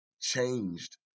changed